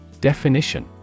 Definition